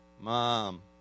Mom